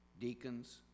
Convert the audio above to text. deacons